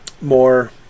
more